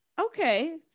Okay